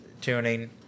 tuning